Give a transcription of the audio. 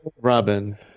Robin